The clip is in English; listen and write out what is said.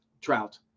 Trout